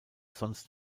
sonst